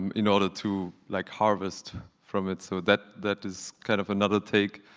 in order to like harvest from it. so that that is kind of another take,